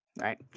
Right